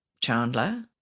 Chandler